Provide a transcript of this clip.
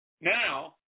Now